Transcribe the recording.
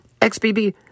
XBB